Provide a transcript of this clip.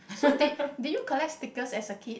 so did did you collect stickers as a kid